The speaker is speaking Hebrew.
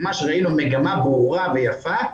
מה שראינו מגמה ברורה ויפה,